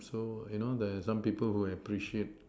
so you know there are some people who appreciate